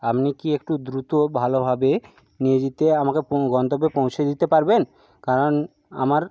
আপনি কি একটু দ্রুত ভালোভাবে নিয়ে যেতে আমাকে পৌঁ গন্তব্যে পৌঁছে দিতে পারবেন কারণ আমার